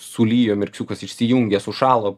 sulijo mirksiukas išsijungė sušalo